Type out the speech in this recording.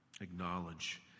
acknowledge